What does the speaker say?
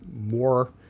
more